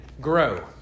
grow